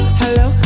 hello